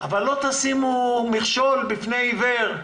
אחרי "תוספת" יבוא "ראשונה";